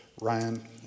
Ryan